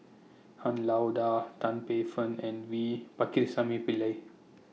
Han Lao DA Tan Paey Fern and V Pakirisamy Pillai